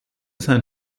sein